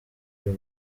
uyu